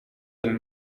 and